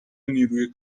نیروی